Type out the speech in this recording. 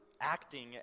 acting